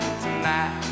tonight